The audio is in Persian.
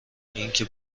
اینکه